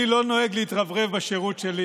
אני לא נוהג להתרברב בשירות שלי.